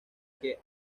que